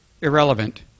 irrelevant